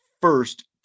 first